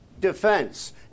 defense